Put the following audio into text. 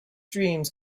dreams